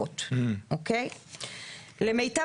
ההשמדה